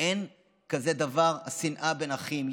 אין כזה דבר שנאה בין אחים.